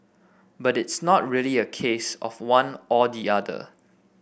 but it's not really a case of one or the other